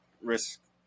risk